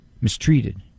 mistreated